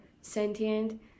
sentient